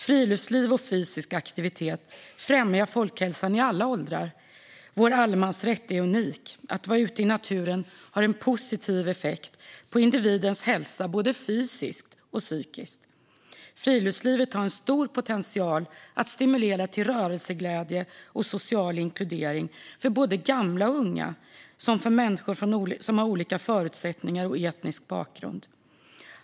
Friluftsliv och fysisk aktivitet främjar folkhälsan i alla åldrar. Vår allemansrätt är unik. Att vara ute i naturen har en positiv effekt på individens hälsa både fysiskt och psykiskt. Friluftslivet har en stor potential att stimulera till rörelseglädje och social inkludering för gamla och unga och för människor med olika förutsättningar och etnisk bakgrund.